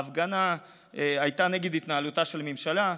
ההפגנה הייתה נגד התנהלותה של הממשלה.